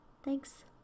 Thanks